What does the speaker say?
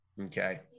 Okay